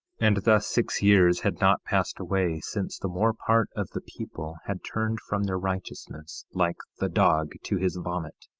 and thus six years had not passed away since the more part of the people had turned from their righteousness, like the dog to his vomit,